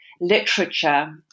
literature